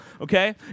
Okay